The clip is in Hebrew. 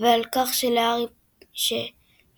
ועל כך שלארי פוטר,